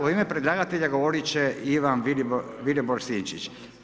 U ime predlagatelja govorit će Ivan Vilibor Sinčić.